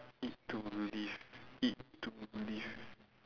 eat to live eat to live